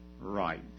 Right